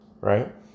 Right